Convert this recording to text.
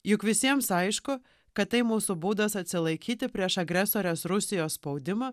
juk visiems aišku kad tai mūsų būdas atsilaikyti prieš agresorės rusijos spaudimą